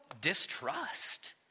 distrust